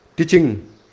Teaching